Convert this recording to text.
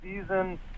season